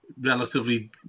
relatively